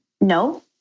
no